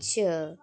च